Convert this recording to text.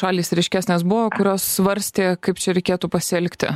šalys ryškesnės buvo kurios svarstė kaip čia reikėtų pasielgti